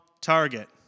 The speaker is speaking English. target